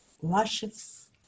washes